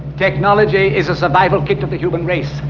technology is a survival kit to the human race,